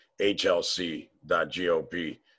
hlc.gop